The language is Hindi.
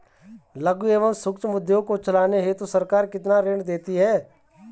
लघु एवं सूक्ष्म उद्योग को चलाने हेतु सरकार कितना ऋण देती है?